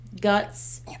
guts